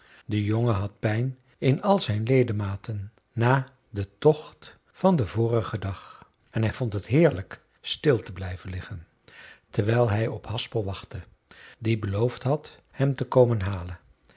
de jongen had pijn in al zijn ledematen na den tocht van den vorigen dag en hij vond het heerlijk stil te blijven liggen terwijl hij op haspel wachtte die beloofd had hem te komen halen